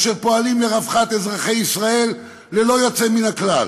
אשר פועלים לרווחת אזרחי ישראל ללא יוצא מהכלל